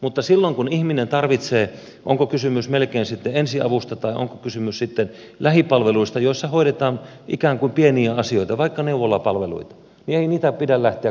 mutta silloin kun ihminen tarvitsee palveluita on kysymys melkein sitten ensiavusta tai lähipalveluista joissa hoidetaan ikään kuin pieniä asioita vaikka neuvolapalveluita niin ei niitä pidä lähteä kaukaa hakemaan